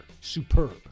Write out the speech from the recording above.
Superb